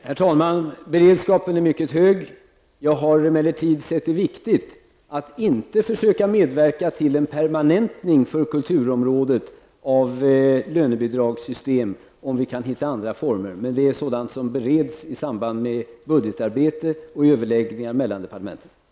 Herr talman! Beredskapen är mycket hög. Jag har emellertid ansett det viktigt att inte försöka medverka till en permanentning för kulturområdet av lönebidragssystemet, om vi kan finna andra former. Men det är sådant som bereds i samband med budgetarbetet och överläggningarna mellan departementen.